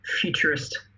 futurist